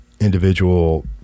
individual